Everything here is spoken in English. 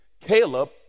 Caleb